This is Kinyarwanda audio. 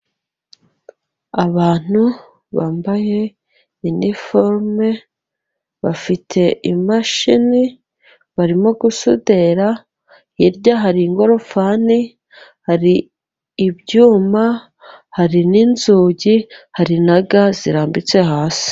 Abantu bambaye iniforume bafite imashini barimo gusudira hirya hari ingorofani hari ibyuma hari n'inzugi hari na ga zirambitse hasi.